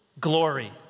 glory